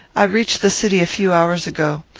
i reached the city a few hours ago.